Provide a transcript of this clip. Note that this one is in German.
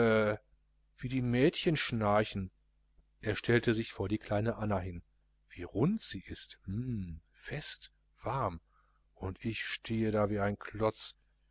wie die mädchen schnarchen er stellte sich vor die kleine anna hin wie rund sie ist hm fest warm und ich stehe da wie ein klotz